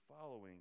following